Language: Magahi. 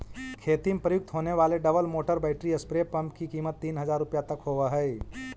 खेती में प्रयुक्त होने वाले double motor battery spray pump की कीमत तीन हज़ार रुपया तक होवअ हई